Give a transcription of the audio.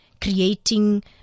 creating